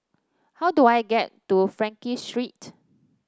how do I get to Frankel Street